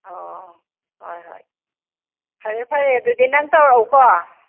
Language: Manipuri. ꯑꯣ ꯍꯣꯏ ꯍꯣꯏ ꯐꯔꯦ ꯐꯔꯦ ꯑꯗꯨꯗꯤ ꯅꯪ ꯇꯧꯔꯛꯎꯀꯣ